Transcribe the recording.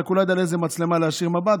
רק שהוא לא ידע לאיזו מצלמה להישיר מבט,